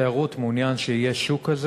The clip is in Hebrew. שהתמונה הזאת יום אחד יהיה בה פרצופו של יאסר ערפאת?